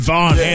Vaughn